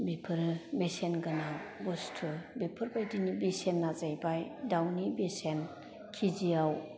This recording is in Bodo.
बेफोरो बेसेन गोनां बुस्थु बेफोर बायदिनो बेसेना जाहैबाय दाउनि बेसेन किजिआव